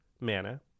mana